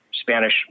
Spanish